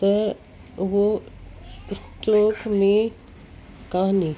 त उहो स्टॉक में कोन्हे